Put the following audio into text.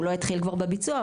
הוא עוד לא התחיל כבר בביצוע,